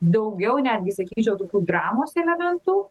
daugiau netgi sakyčiau tokių dramos elementų